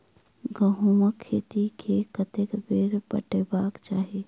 गहुंमक खेत केँ कतेक बेर पटेबाक चाहि?